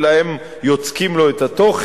אלא הם יוצקים לו את התוכן,